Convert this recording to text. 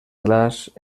glaç